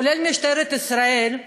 כולל משטרת ישראל,